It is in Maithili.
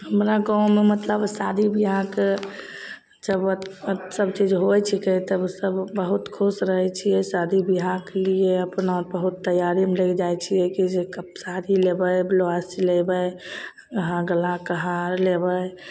हमरा गाँवमे मतलब शादी बिआहके जब सभचीज होइत छिकै तब सभ बहुत खुश रहैत छियै शादी बिआह कऽ लिए अपना बहुत तैआरीमे लागि जाइ छियै कि जे कब साड़ी लेबै ब्लाउज सिलेबै हऽ गलाके हार लेबै